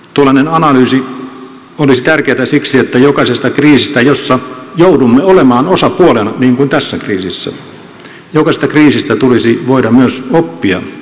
tuollainen analyysi olisi tärkeätä siksi että jokaisesta kriisistä jossa joudumme olemaan osapuolena niin kuin tässä kriisissä tulisi voida myös oppia jotain